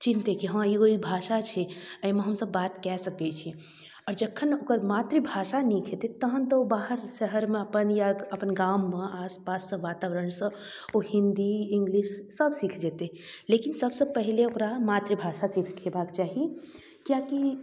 चिन्हतै कि हँ इहो ई भाषा छिए एहिमे हमसभ बात कै सकै छै आओर जखन ओकर मातृभाषा नीक हेतै तहन तऽ ओ बाहर शहरमे अपन या तऽ अपन गाममे आसपाससँ वातावरणसँ ओ हिन्दी इंगलिश सब सीखि जेतै लेकिन सबसँ पहिले ओकरा मातृभाषा सिखेबाके चाही किएकि